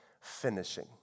Finishing